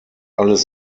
alles